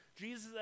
Jesus